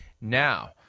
now